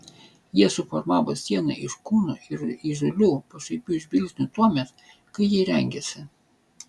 jie suformavo sieną iš kūnų ir įžūlių pašaipių žvilgsnių tuomet kai ji rengėsi